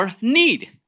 need